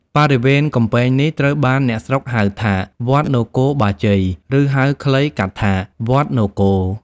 បរិវេណកំពែងនេះត្រូវបានអ្នកស្រុកហៅថា វត្តនគរបាជ័យ ឬហៅខ្លីកាត់ថា វត្តនគរៗ ។